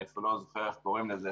אני אפילו לא זוכר איך קוראים לזה,